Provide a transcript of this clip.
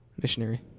Missionary